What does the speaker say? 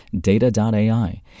Data.ai